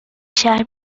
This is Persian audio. شهر